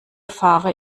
fahre